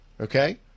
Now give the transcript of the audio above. Okay